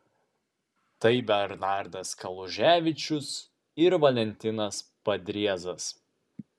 tai bernardas kaluževičius ir valentinas padriezas